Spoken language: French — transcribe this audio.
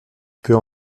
peux